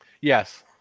Yes